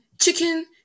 chicken